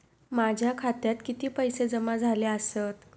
माझ्या खात्यात किती पैसे जमा झाले आसत?